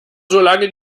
solange